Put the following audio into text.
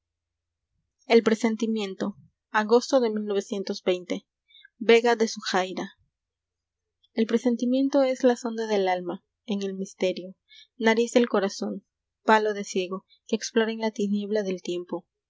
v ega de zujaira á l presentimiento e es la sonda del alma en el misterio nariz del corazón palo de ciego que explora en la tiniebla del tiempo